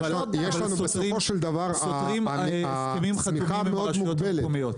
בסופו של דבר הצריכה מאוד מוגבלת.